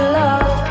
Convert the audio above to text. love